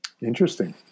Interesting